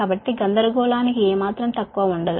కాబట్టి ఏమాత్రం కన్ఫ్యూషన్ ఉండకూడదు